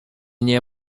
nie